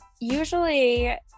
usually